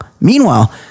meanwhile